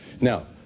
Now